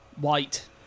White